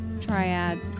triad